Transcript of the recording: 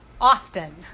often